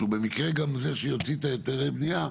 שהוא במקרה גם זה שמוציא את היתרי הבניה,